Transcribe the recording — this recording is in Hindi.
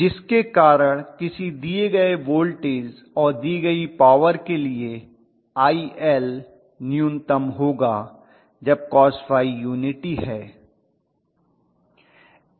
जिसके कारण किसी दिए गए वोल्टेज और दी गई पॉवर के लिए IL न्यूनतम होगा जब cosϕ यूनिटी है